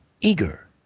eager